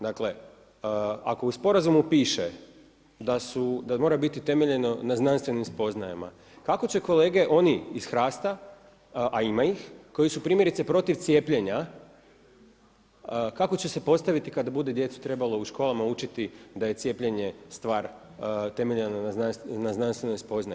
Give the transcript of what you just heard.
Dakle ako u sporazumu piše da su, da mora biti temeljeno na znanstvenim spoznajama, kako će kolege oni, iz HRAST-a a ima ih koji su primjerice protiv cijepljenja, kako će se postaviti kada bude djecu trebalo u školama učiti da je cijepljenje stvar temeljeno na znanstvenoj spoznaji.